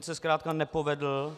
On se zkrátka nepovedl.